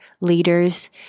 leaders